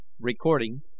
Recording